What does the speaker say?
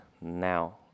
now